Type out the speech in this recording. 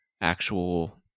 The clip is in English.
actual